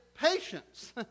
patience